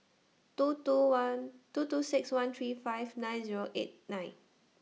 two two one two two six one three five nine Zero eight nine